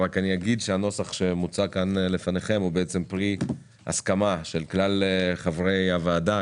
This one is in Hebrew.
רק אגיד שהנוסח שמוצע כאן לפניכם הוא פרי הסכמה של כלל חברי הוועדה,